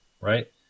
right